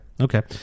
okay